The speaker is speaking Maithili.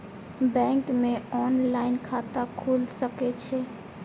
बैंक में ऑनलाईन खाता खुल सके छे?